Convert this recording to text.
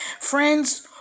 Friends